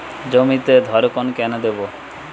জমিতে ধড়কন কেন দেবো?